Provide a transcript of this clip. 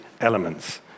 elements